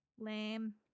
Lame